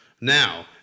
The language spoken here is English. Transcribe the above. Now